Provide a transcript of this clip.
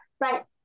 right